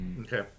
Okay